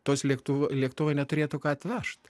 tuos lėktuvu lėktuvai neturėtų ką atvežt